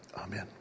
Amen